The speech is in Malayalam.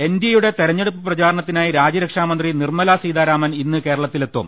എൻഡിഎയുടെ തെരഞ്ഞെടുപ്പ് പ്രചാരണത്തിനായി രാജ്യരക്ഷാ മന്ത്രി നിർമലാ സീതാരാമൻ ഇന്ന് കേരളത്തിലെത്തും